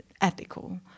ethical